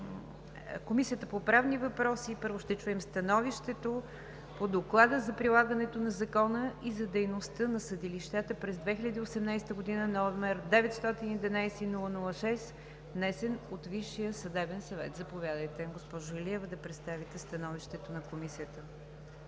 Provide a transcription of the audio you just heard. Комисията по правни въпроси първо ще чуем Становището по Доклада за прилагането на закона и за дейността на съдилищата през 2018 г., № 911-00-6, внесен от Висшия съдебен съвет на 31 май 2019 г. Заповядайте, госпожо Илиева, да представите Становището на Комисията.